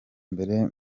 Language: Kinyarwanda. mbere